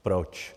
Proč?